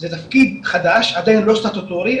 זה תפקיד חדש עדיין לא סטטוטורי,